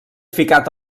ficat